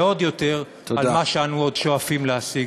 ועוד יותר על מה שאנו עוד שואפים להשיג.